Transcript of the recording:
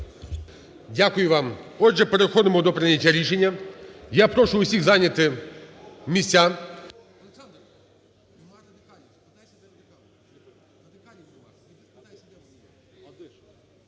Дякую вам. Отже переходимо до прийняття рішення. Я прошу всіх зайняти місця.